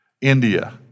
India